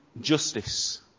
justice